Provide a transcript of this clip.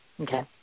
okay